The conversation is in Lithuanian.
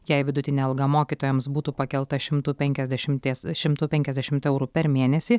jei vidutinė alga mokytojams būtų pakelta šimtu penkiasdešimties šimtu penkiasdešimt eurų per mėnesį